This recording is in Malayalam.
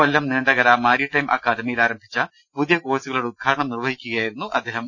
കൊല്ലം നീണ്ടകര മാരിടൈം അക്കാദമിയിൽ ആരംഭിച്ച പുതിയ കോഴ്സുകളുടെ ഉദ്ഘാടനം നിർവഹിക്കുകയായിരുന്നു അദ്ദേഹം